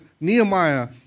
Nehemiah